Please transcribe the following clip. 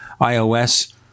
iOS